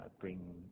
bring